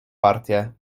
partię